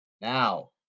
Now